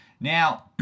Now